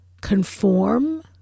conform